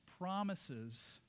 promises